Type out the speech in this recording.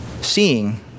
seeing